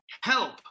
Help